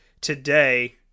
today